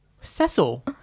Cecil